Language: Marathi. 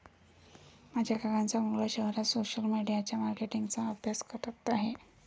माझ्या काकांचा मुलगा शहरात सोशल मीडिया मार्केटिंग चा अभ्यास करत आहे